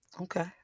Okay